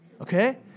Okay